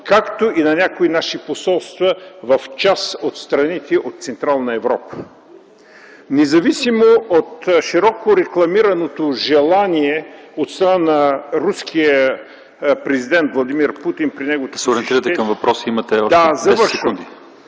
както и на някои наши посолства в част от страните от Централна Европа. Независимо от широко рекламираното желание от страна на руския президент Владимир Путин при неговото посещение